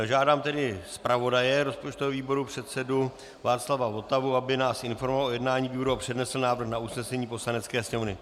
Žádám tedy zpravodaje rozpočtového výboru, předsedu Václava Votavu, aby nás informoval o jednání výboru a přednesl návrh na usnesení Poslanecké sněmovny.